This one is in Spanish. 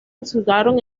resultaron